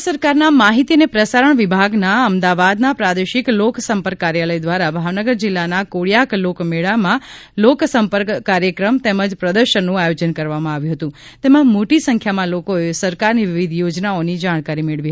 કેન્દ્ર સરકારના માહિતી અને પ્રસારણ વિભાગના અમદાવાદના પ્રાદેશિક લોકસંપર્ક કાર્યાલય દ્વારા ભાવનગર જિલ્લાના કોળિયાક લોક મેળામાં લોકસંપર્ક કાર્યક્રમ તેમજ પ્રદર્શનનું આયોજન કરવામાં આવ્યું હતું તેમાં મોટી સંખ્યામાં લોકોએ સરકારની વિવિધ યોજનાઓની જાણકારી મેળવી હતી